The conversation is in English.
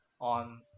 on